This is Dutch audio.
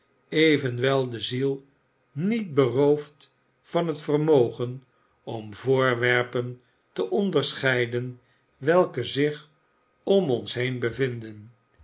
evenwel de ziel niet beroofd van het vermogen om voorwerpen te onderscheiden welke zich om ons heen bevinden